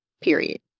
Period